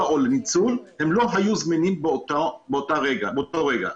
או לניצול לא היו זמינים באותו רגע.